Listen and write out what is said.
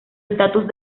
estatus